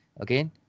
okay